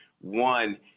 one